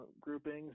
groupings